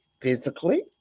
physically